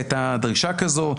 הייתה דרישה כזו.